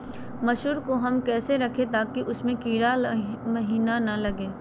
मसूर को हम कैसे रखे ताकि उसमे कीड़ा महिना लगे?